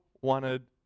wanted